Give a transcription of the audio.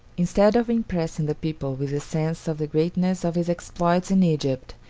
instead of impressing the people with a sense of the greatness of his exploits in egypt,